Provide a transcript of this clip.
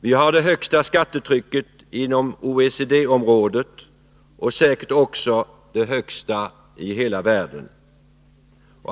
Vi har det högsta skattetrycket inom OECD-området och säkerligen också det högsta i hela världen.